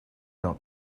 not